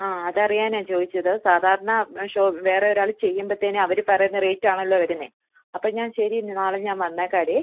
ആ അതറിയാനാണ് ചോദിച്ചത് സാധാരണ വേറെ ഒരാള് ചെയ്യുമ്പോള് അവര് പറയുന്ന റേറ്റാണല്ലോ വരുന്നത് അപ്പോള് ശരി ഇനി നാളെ ഞാന് വന്നേക്കാമെടീ